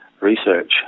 research